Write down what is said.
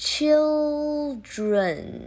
Children